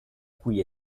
cui